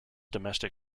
domestic